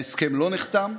ההסכם לא נחתם,